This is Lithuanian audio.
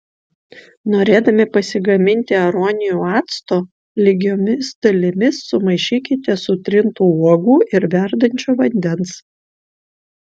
norėdami pasigaminti aronijų acto lygiomis dalimis sumaišykite sutrintų uogų ir verdančio vandens